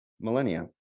millennia